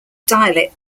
dialect